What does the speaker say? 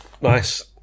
nice